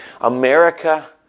America